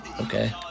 okay